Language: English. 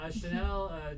Chanel